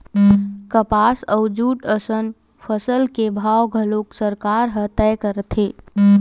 कपसा अउ जूट असन फसल के भाव घलोक सरकार ह तय करथे